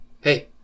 hey